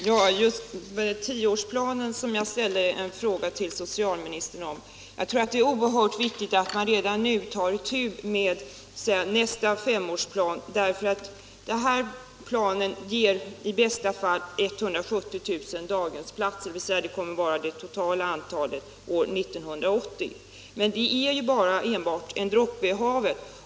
Herr talman! Jag vill återkomma till min fråga till socialministern beträffande tioårsplanen. Jag tror att det är oerhört viktigt att man redan nu tar itu med nästa femårsplan, eftersom det totala antalet daghemsplatser år 1980 enligt den föreliggande planen i bästa fall kommer att bli 170 000. Detta är ju bara en droppe i havet.